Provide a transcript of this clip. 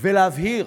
ולהגיד ולהבהיר,